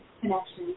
connection